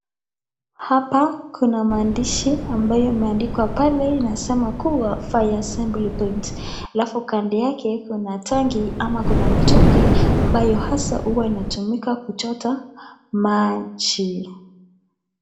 Hapa kuna maandishi ambayo imeandikwa pale inasema kuwa : Fire Assembly Point , halafu kando yake kuna tanki ama kuna mtungi ambayo hasa huwa inatumika kuchota maji.